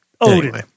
Odin